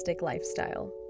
lifestyle